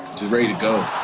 just ready to go.